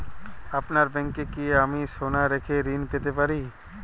আপনার ব্যাংকে কি আমি সোনা রেখে ঋণ পেতে পারি?